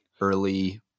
early